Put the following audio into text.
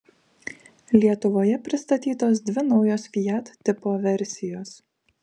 lietuvoje pristatytos dvi naujos fiat tipo versijos